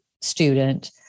student